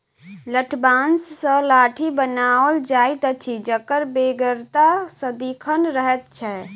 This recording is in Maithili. लठबाँस सॅ लाठी बनाओल जाइत अछि जकर बेगरता सदिखन रहैत छै